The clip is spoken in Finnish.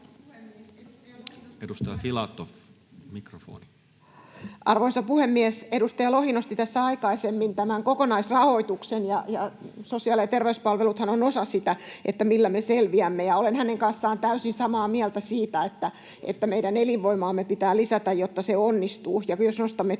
Arvoisa puhemies! Edustaja Lohi nosti tässä aikaisemmin tämän kokonaisrahoituksen, ja sosiaali- ja terveyspalveluthan ovat osa sitä, millä me selviämme, ja olen hänen kanssaan täysin samaa mieltä siitä, että meidän elinvoimaamme pitää lisätä, jotta se onnistuu, ja kun myös nostamme